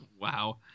Wow